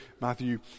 Matthew